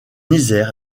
isère